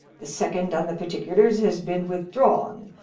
the second on the particulars has been withdrawn.